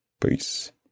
Peace